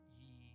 ye